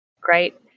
Great